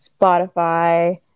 Spotify